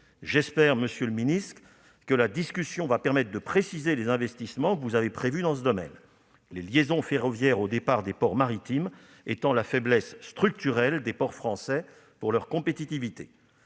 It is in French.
J'espère, monsieur le ministre, que la discussion permettra de préciser les investissements que vous avez prévus dans ce domaine, les liaisons ferroviaires au départ des ports maritimes étant la faiblesse structurelle des ports français pour leur compétitivité.